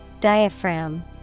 Diaphragm